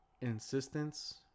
insistence